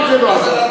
וגם זה לא עזר.